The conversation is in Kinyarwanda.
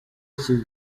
iki